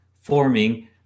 forming